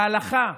להלכה,